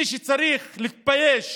מי שצריך להתבייש